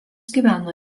gyveno